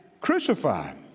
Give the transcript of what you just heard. crucified